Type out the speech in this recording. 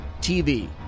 TV